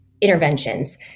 interventions